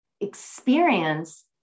experience